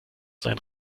sein